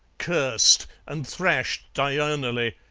cursed, and thrashed diurnally,